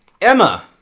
Emma